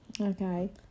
Okay